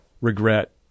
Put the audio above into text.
regret